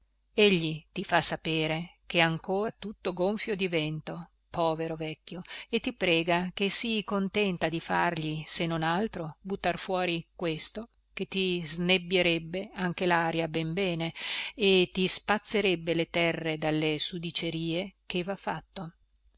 egli ti fa sapere che è ancor tutto gonfio di vento povero vecchio e ti prega che sii contenta di fargli se non altro buttar fuori questo che ti snebbierebbe anche laria ben bene e ti spazzerebbe le terre dalle sudicerie che vha fatto